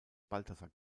balthasar